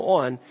on